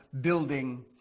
building